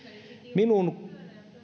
minun